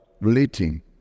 relating